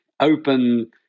open